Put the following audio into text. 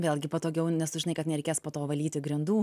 vėlgi patogiau nes tu žinai kad nereikės po to valyti grindų